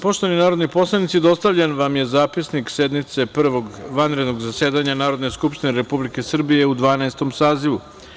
Poštovani narodni poslanici, dostavljen vam je Zapisnik sednice Prvog vanrednog zasedanja Narodne skupštine Republike Srbije u Dvanaestom sazivu.